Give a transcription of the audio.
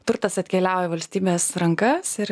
turtas atkeliauja į valstybės rankas ir